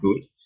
good